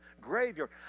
graveyard